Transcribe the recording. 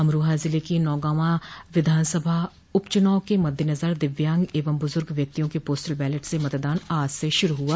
अमरोहा जिले की नौगावां विधानसभा उपचुनाव के मद्देनजर दिव्यांग एवं बुजुर्ग व्यक्तियों के पोस्टल बैलेट से मतदान आज से शुरू हुआ